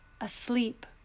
asleep